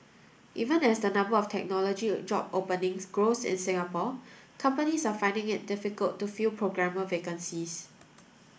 even as the number of technology job openings grows in Singapore companies are finding it difficult to fill programmer vacancies